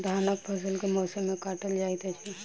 धानक फसल केँ मौसम मे काटल जाइत अछि?